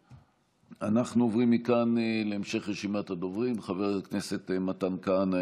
אנחנו עוברים מכאן להמשך רשימת הדוברים: חבר הכנסת מתן כהנא,